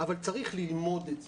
אבל צריך ללמוד את זה.